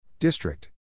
District